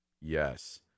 Yes